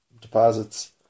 deposits